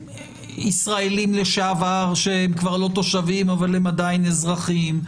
ישראלים לשעבר שהם כבר לא תושבים אבל הם עדיין אזרחים,